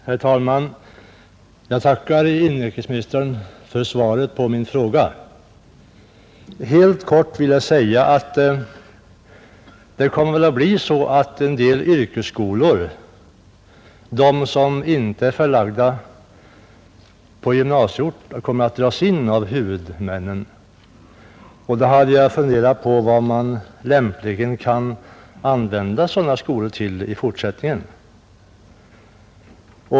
Herr talman! Jag tackar inrikesministern för svaret på min fråga. Det blir väl så att en del yrkesskolor — de som inte är förlagda på gymnasieort — kommer att avvecklas av huvudmännen. Jag har funderat över vad man lämpligen kan använda sådana skolor till i fortsättningen.